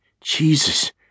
Jesus